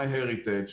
MyHeritage.